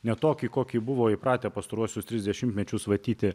ne tokį kokį buvo įpratę pastaruosius tris dešimtmečius vatyti